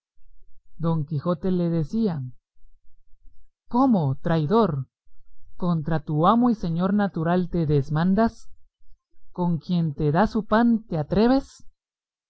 don quijote le decía cómo traidor contra tu amo y señor natural te desmandas con quien te da su pan te atreves